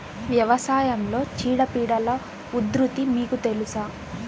వ్యవసాయంలో చీడపీడల ఉధృతి మీకు తెలుసా?